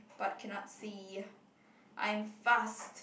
but cannot see I am fast